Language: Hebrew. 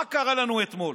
מה קרה לנו אתמול?